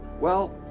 well,